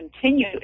continue